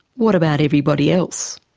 what about everybody else?